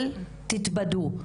אל תתבדו.